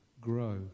grow